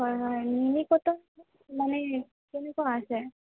হয় হয় নুনি পাটৰ মানে কেনেকুৱা আছে